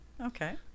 okay